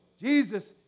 Jesus